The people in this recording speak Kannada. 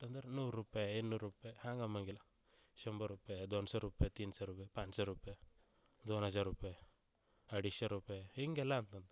ಅಂತಂದರೆ ನೂರು ರುಪಾಯಿ ಇನ್ನೂರು ರುಪಾಯಿ ಹಾಂಗೆ ಅನ್ನೊಂಗಿಲ್ಲ ಶಂಬ ರುಪಾಯಿ ದ್ವಾನ್ಸೌ ರುಪಾಯಿ ತಿನ್ಸೌ ರೂಪಾಯ್ ಪಾಂಚ್ಸೌ ರುಪಾಯ್ ದೋನ್ ಹಜಾರ್ ರುಪಾಯ್ ಅಡಿಸ್ಸ ರುಪಾಯ್ ಹಿಂಗೆಲ್ಲ ಅಂತಂದ್ರ್